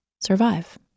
survive